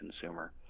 consumer